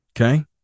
Okay